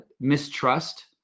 mistrust